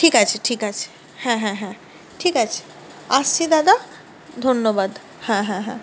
ঠিক আছে ঠিক আছে হ্যাঁ হ্যাঁ হ্যাঁ ঠিক আছে আসছি দাদা ধন্যবাদ হ্যাঁ হ্যাঁ হ্যাঁ